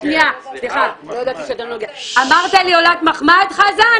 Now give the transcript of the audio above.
סליחה, אמרת לי עולת מחמד, חזן?